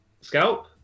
scalp